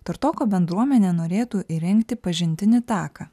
tartoko bendruomenė norėtų įrengti pažintinį taką